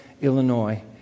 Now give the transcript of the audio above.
Illinois